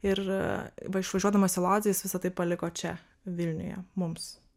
ir va išvažiuodamas į lodzę jis visa tai paliko čia vilniuje mums